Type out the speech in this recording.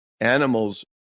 animals